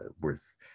worth